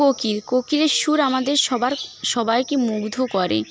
কোকিল কোকিলের সুর আমাদের সবার সবাইকে মুগ্ধ করে